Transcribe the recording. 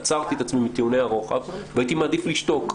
עצרתי את עצמי מטיעוני הרוחב והייתי מעדיף לשתוק.